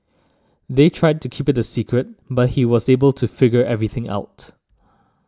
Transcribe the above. they tried to keep it a secret but he was able to figure everything out